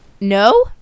No